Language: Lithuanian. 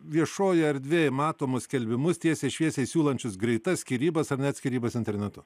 viešoj erdvėj matomus skelbimus tiesiai šviesiai siūlančius greitas skyrybas ar net skyrybas internetu